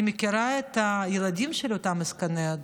אני מכירה את הילדים של אותם עסקני הדת.